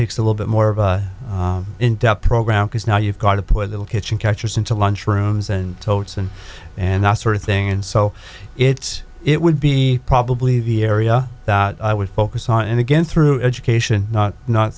takes a little bit more in depth program because now you've got to put little kitchen catchers into lunch rooms and totes and and that sort of thing and so it's it would be probably the area that i would focus on and again through education not